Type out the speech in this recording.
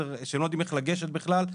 שלא יודעים איך לגשת בכלל,